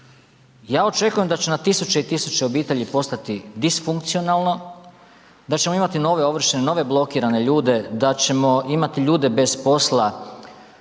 Ja očekujem da će na tisuće i tisuće obitelji postati disfunkcionalno, da ćemo imati nove ovršene, nove blokirane ljude, da ćemo imati ljude bez posla.